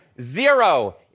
Zero